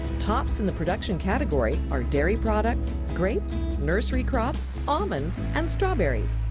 tops in the production category are dairy products, grapes, nursery crops, almonds and strawberries.